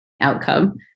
outcome